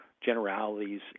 generalities